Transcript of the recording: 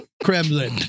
Kremlin